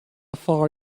far